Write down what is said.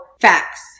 facts